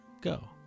go